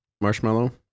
marshmallow